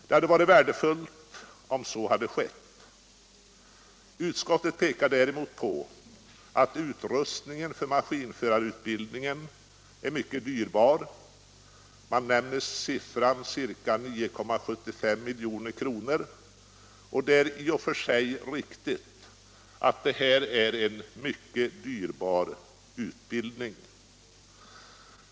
Det hade varit värdefullt om så skett. Utskottet pekar däremot på att utrustningen för maskinförarutbildningen är mycket dyrbar. Man nämner siffran 9,75 milj.kr. Det är i och för sig riktigt att det här är en mycket dyrbar utbildning.